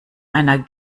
einer